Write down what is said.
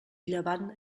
llevant